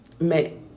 Mais